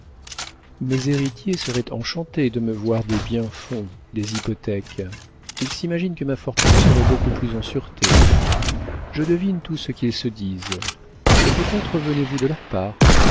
mes héritiers seraient enchantés de me voir des biens-fonds des hypothèques ils s'imaginent que ma fortune serait beaucoup plus en sûreté je devine tout ce qu'ils se disent et peut-être venez-vous de leur part